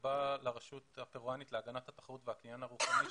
בה לרשות הפרואנית להגנת התחרות והקניין הרוחני,